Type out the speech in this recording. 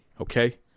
okay